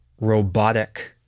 robotic